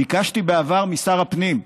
ביקשתי בעבר משר הפנים: